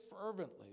fervently